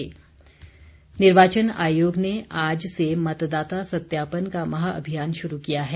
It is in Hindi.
मतदाता निर्वाचन आयोग ने आज से मतदाता सत्यापन का महा अभियान शुरू किया है